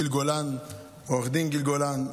לעו"ד גיל גולן,